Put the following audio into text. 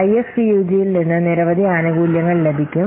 IFPUG യിൽ നിന്ന് നിരവധി ആനുകൂല്യങ്ങൾ ലഭിക്കും